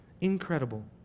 Incredible